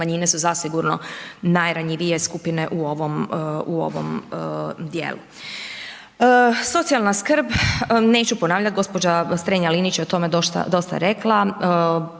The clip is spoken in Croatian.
manjine su zasigurno najranjivije skupine u ovom dijelu. Socijalna skrb, neću ponavljati, gospođa Strenja Linić je o tome dosta rekla,